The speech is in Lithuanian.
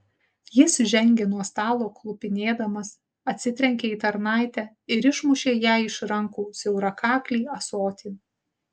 jis žengė nuo stalo klupinėdamas atsitrenkė į tarnaitę ir išmušė jai iš rankų siaurakaklį ąsotį